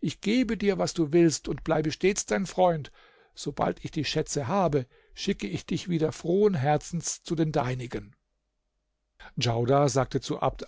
ich gebe dir was du willst und bleibe stets dein freund sobald ich die schätze habe schicke ich dich wieder frohen herzens zu den deinigen djaudar sagte zu abd